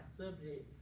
subject